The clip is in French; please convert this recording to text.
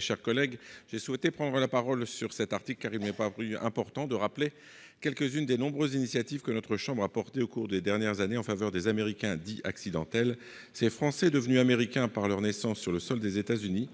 sur l'article. J'ai souhaité prendre la parole sur cet article, car il m'a paru important de rappeler quelques-unes des nombreuses initiatives que notre chambre a prises au cours des dernières années en faveur des Américains dits accidentels, ces Français devenus américains par leur naissance sur le sol des États-Unis.